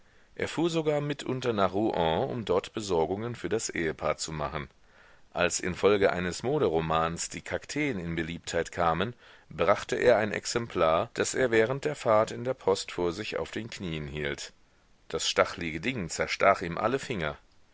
er fuhr sogar mitunter nach rouen um dort besorgungen für das ehepaar zu machen als infolge eines moderomans die kakteen in beliebtheit kamen brachte er ein exemplar das er während der fahrt in der post vor sich auf den knien hielt das stachlige ding zerstach ihm alle finger